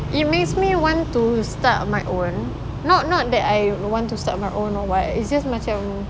it makes me want to start my own not not that I want to start my own or what it's just macam